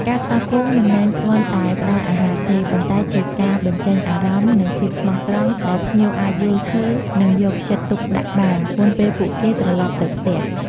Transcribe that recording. ការស្វាគមន៍មិនមែនគ្រាន់តែផ្តល់អាហារទេ ប៉ុន្តែជាការបញ្ចេញអារម្មណ៍ និងភាពស្មោះត្រង់ ដែលភ្ញៀវអាចយល់ឃើញ និងយកចិត្តទុកដាក់បាន មុនពេលពួកគេត្រឡប់ទៅផ្ទះ។